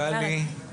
גלי, הבנו.